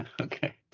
Okay